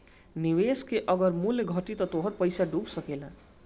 निवेश के अगर मूल्य घटी त तोहार पईसा डूब सकेला